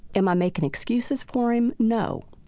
am i making excuses for him? no.